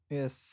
Yes